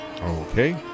Okay